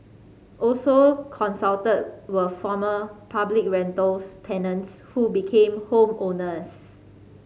also consulted were former public rental tenants who became home owners